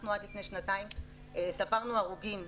אנחנו עד לפני שנתיים ספרנו הרוגים,